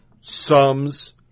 sums